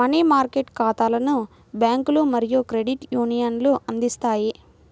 money market ఖాతాలను బ్యాంకులు మరియు క్రెడిట్ యూనియన్లు అందిస్తాయి